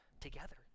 together